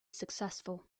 successful